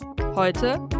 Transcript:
Heute